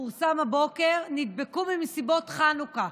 פורסם הבוקר: נדבקו במסיבות חנוכה.